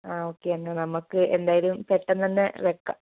ആ ഓക്കെ എന്നാൽ നമുക്ക് എന്തായാലും പെട്ടെന്ന് തന്നെ വെക്കാം